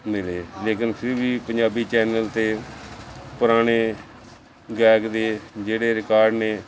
ਮਿਲੇ ਲੇਕਿਨ ਫਿਰ ਵੀ ਪੰਜਾਬੀ ਚੈਨਲ 'ਤੇ ਪੁਰਾਣੇ ਗਾਇਕ ਦੇ ਜਿਹੜੇ ਰਿਕਾਰਡ ਨੇ